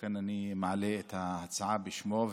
לכן אני מעלה את ההצעה בשמו.